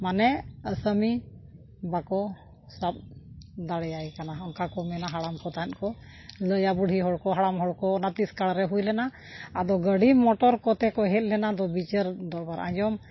ᱢᱟᱱᱮ ᱟᱥᱟᱢᱤ ᱵᱟᱠᱚ ᱥᱟᱵ ᱫᱟᱲᱮᱭᱟᱭ ᱠᱟᱱᱟ ᱚᱱᱠᱟ ᱠᱚ ᱢᱮᱱᱟ ᱦᱟᱲᱟᱢ ᱠᱚ ᱛᱟᱦᱮᱸᱜ ᱠᱚ ᱞᱟᱹᱭᱟ ᱵᱩᱰᱷᱤ ᱦᱚᱲ ᱠᱚ ᱦᱟᱲᱟᱢ ᱦᱚᱲ ᱠᱚ ᱚᱱᱟ ᱛᱤᱥ ᱠᱟᱞᱨᱮ ᱦᱩᱭ ᱞᱮᱱᱟ ᱟᱫᱚ ᱜᱟᱹᱰᱤ ᱢᱚᱴᱚᱨ ᱠᱚᱛᱮ ᱠᱚ ᱦᱮᱡ ᱞᱮᱱᱟ ᱫᱚ ᱵᱤᱪᱟᱹᱨ ᱫᱚᱨᱵᱟᱨ ᱟᱸᱡᱚᱢ